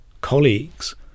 colleagues